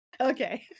Okay